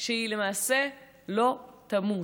שהיא למעשה לא תמות,